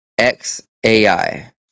XAI